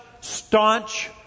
staunch